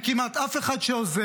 אין כמעט אף אחד שעוזר,